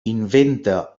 inventa